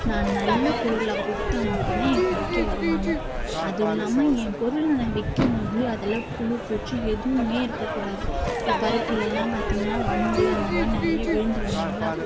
நான் நல்ல பொருளாக கொடுத்தா மட்டும்தான் என் கடைக்கே வருவாங்க அதுவும் இல்லாமல் என் பொருளை நான் விற்கம்போது அதில் புழு பூச்சி எதுவுமே இருக்கக்கூடாது இப்போ பருப்புலெல்லாம் பார்த்தீங்கன்னா வண்டு அந்தமாதிரி நிறைய விழுந்துடும் இல்லைங்களா